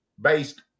based